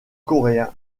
coréen